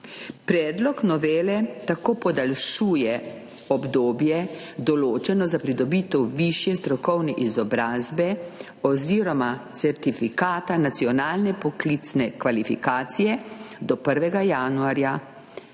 Predlog novele tako podaljšuje obdobje, določeno za pridobitev višje strokovne izobrazbe oziroma certifikata nacionalne poklicne kvalifikacije do 1. januarja